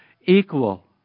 equal